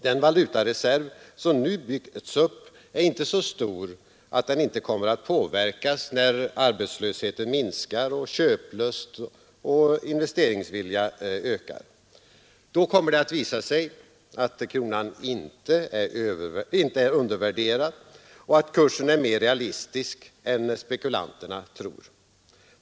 Den valutareserv som nu byggts upp är inte så stor att den inte kommer att påverkas när arbetslösheten minskar och köplust och investeringsvilja ökar. Då kommer det att visa sig, att kronan inte är undervärderad och att kursen är mer realitisk än spekulanterna tror.